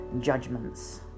judgments